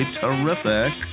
terrific